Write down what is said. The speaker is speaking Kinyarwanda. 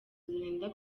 zirinda